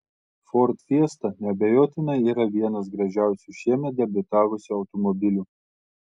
ford fiesta neabejotinai yra vienas gražiausių šiemet debiutavusių automobilių